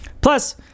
Plus